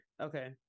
Okay